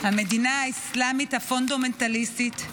המדינה האסלאמית הפונדמנטליסטית,